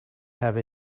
have